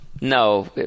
no